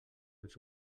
ens